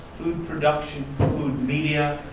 production, food media,